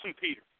Peter